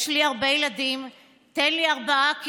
יש לי הרבה ילדים, תן לי ארבעה קילו,